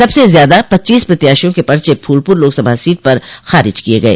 सबसे ज्यादा पच्चीस प्रत्याशियों के पर्चे फूलपुर लोकसभा सीट पर खारिज किये गये